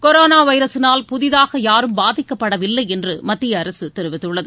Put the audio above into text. corona வைரஸினால் புதிதாக யாரும் பாதிக்கப்படவில்லை என்று மக்கிய அரசு தெரிவித்துள்ளது